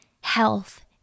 health